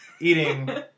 eating